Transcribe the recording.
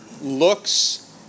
looks